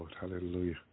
Hallelujah